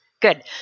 good